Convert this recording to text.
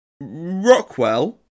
Rockwell